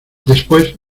después